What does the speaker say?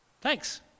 thanks